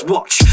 Watch